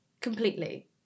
completely